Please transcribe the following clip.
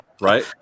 Right